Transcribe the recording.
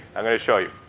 i'm going to show you.